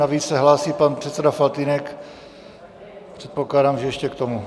Navíc se hlásí pan předseda Faltýnek, předpokládám, že ještě k tomu.